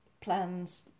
Plans